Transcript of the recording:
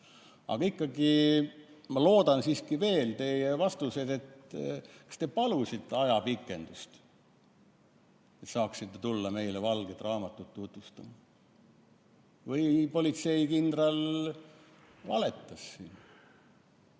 Aga ikkagi, ma loodan siiski saada veel teilt vastust, kas te palusite ajapikendust, et saaksite tulla meile valget raamatut tutvustama, või politseikindral valetas.